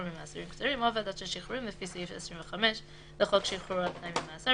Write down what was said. ממאסרים קצרים או ועדת השחרורים לפי סעיף 25 לחוק שחרור על תנאי ממאסר,